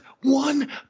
one